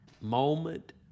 moment